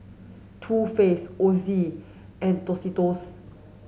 Too Faced Ozi and Tostitos